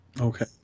Okay